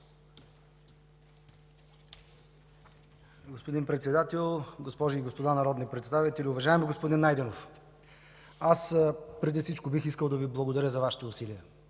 Господин Председател, госпожи и господа народни представители! Уважаеми господин Найденов, аз преди всичко бих искал да Ви благодаря за Вашите усилия.